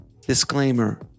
Disclaimer